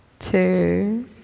Two